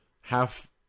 half